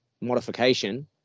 modification